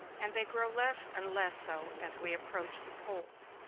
and they grow less and less so as we approach the poles.